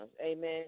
Amen